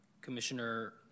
Commissioner